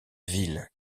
ville